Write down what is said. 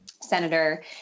senator